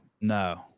No